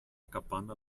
capanna